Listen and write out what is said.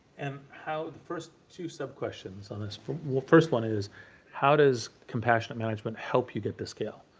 and how, first, two sub questions on this. first one is how does compassionate management help you get the scale?